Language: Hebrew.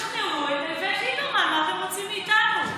תשכנעו את איווט ליברמן, מה אתם רוצים מאיתנו?